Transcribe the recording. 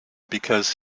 because